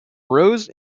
rose